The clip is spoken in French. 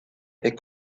est